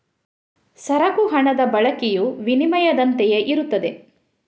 ಸರಕು ಹಣದ ಬಳಕೆಯು ವಿನಿಮಯದಂತೆಯೇ ಇರುತ್ತದೆ